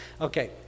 Okay